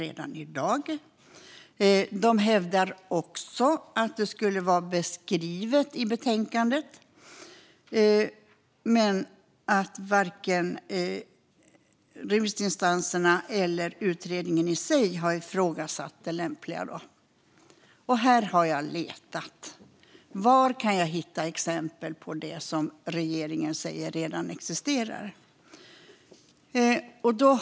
Man hävdar också att det skulle vara beskrivet i betänkandet och att varken utredningen i sig eller remissinstanserna har ifrågasatt det lämpliga i detta. Jag har letat efter exempel på det regeringen säger redan existerar.